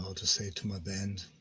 ah to say it to my band.